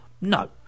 No